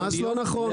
ממש לא נכון.